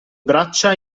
braccia